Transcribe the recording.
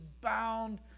bound